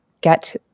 get